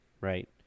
right